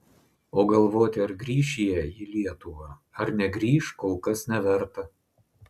o galvoti ar grįš jie į lietuvą ar negrįš kol kas neverta